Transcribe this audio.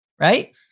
Right